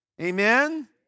Amen